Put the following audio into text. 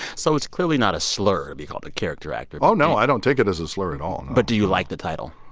so it's clearly not a slur to be called a character actor oh, no. i don't take it as a slur at all but do you like the title?